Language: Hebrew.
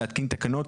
להתקין תקנות